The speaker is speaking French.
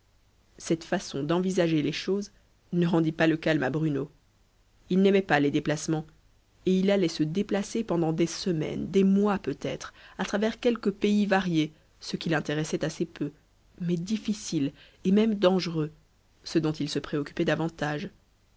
cette façon d'envisager les choses ne rendit pas le calme à bruno il n'aimait pas les déplacements et il allait se déplacer pendant des semaines des mois peut-être à travers quelques pays variés ce qui l'intéressait assez peu mais difficiles et même dangereux ce dont il se préoccupait davantage